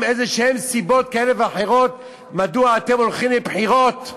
איזה סיבות כאלה ואחרות מדוע אתם הולכים לבחירות.